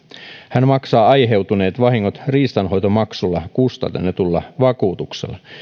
hän maksaa aiheutuneet vahingot riistanhoitomaksulla kustannetulla vakuutuksella